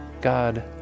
God